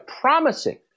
promising